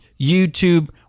YouTube